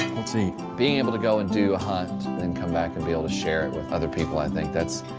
let's eat. being able to go and do a hunt, and then come back and be able to share it with other people, i think that's,